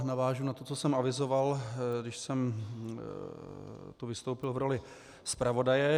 Navážu na to, co jsem avizoval, když jsem tu vystoupil v roli zpravodaje.